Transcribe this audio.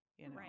Right